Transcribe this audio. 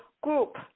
group